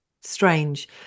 strange